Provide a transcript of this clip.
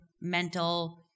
mental